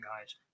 guys